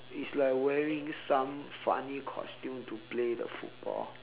it's like wearing some funny costume to play the football